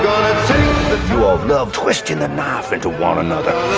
um know, twisting the knife into one another